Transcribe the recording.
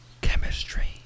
chemistry